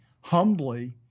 humbly